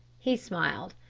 he smiled.